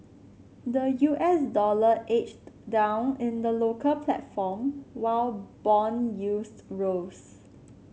the U S dollar edged down in the local platform while bond yields rose